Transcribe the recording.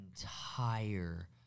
entire